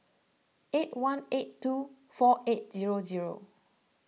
eight one eight two four eight zero zero